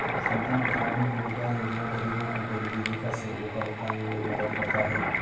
संपूर्ण ग्रामीण रोजगार योजना गरीबों को गरीबी रेखा से ऊपर उठाने में मदद करता है